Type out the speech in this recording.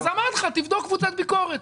אמרתי לך שתבדוק קבוצת ביקורת.